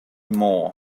more